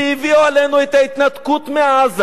שהביאו עלינו את ההתנתקות מעזה